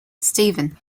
steven